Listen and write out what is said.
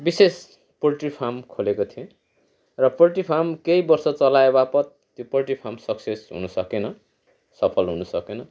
विशेष poultry farm खोलेको थिएँ र पोल्ट्री फार्म केही वर्ष चलाए बापत पोल्ट्री फार्म सक्सेस हुनु सकेन सफल हुनु सकेन